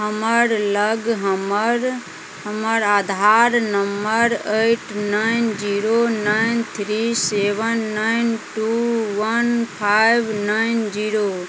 हमरलग हमर हमर Aadhaar number eight nine zero nine three seven nine two one five nine zero